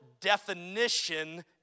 definition